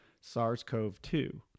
SARS-CoV-2